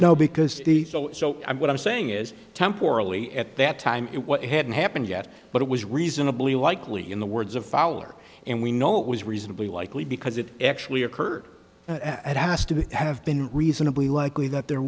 know because the so i'm what i'm saying is temporarily at that time what hadn't happened yet but it was reasonably likely in the words of fall or and we know it was reasonably likely because it actually occurred at asd to have been reasonably likely that there